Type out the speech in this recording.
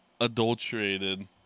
Adulterated